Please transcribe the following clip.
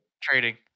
Trading